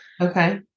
Okay